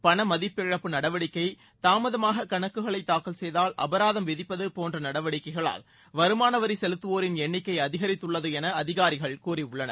பண மதிப்பிழப்பு நடவடிக்கை தாமதமாக கணக்குகளை தாக்கல செய்தால் அபராதம் விதிப்பது போன்ற நடவடிக்கைகளால் வருமானவரி செலுத்துவோரின் எண்ணிக்கை அதிகரித்துள்ளது என அதிகாரிகள் கூறியுள்ளனர்